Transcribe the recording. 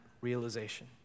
realization